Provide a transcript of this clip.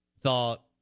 thought